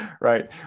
right